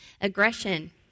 Aggression